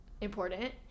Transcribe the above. important